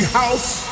house